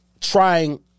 trying